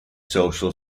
social